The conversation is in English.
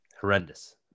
Horrendous